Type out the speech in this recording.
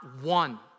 one